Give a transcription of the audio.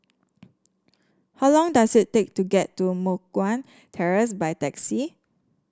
how long does it take to get to Moh Guan Terrace by taxi